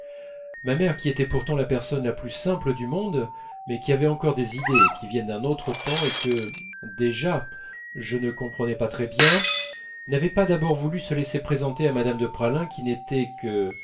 ma mère qui était pourtant la personne la plus simple du monde mais qui avait encore des idées qui viennent d'un autre temps et que déjà je ne comprenais pas très bien n'avait pas voulu d'abord se laisser présenter à mme de praslin qui n'était que